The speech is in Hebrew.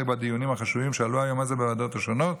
בדיונים החשובים שעלו היום בוועדות השונות.